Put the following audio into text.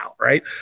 right